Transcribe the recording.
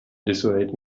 dissuade